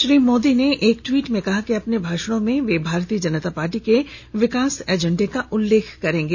श्री मोदी ने एक ट्वीट में कहा कि अपने भाषणों में वे भारतीय जनता पार्टी के विकास एजेंडे का उल्लेख करेंगे